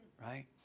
right